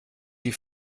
die